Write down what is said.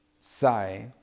say